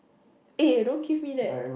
eh don't give me that